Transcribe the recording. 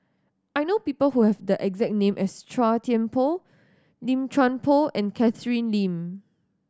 I know people who have the exact name as Chua Thian Poh Lim Chuan Poh and Catherine Lim